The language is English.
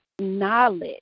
knowledge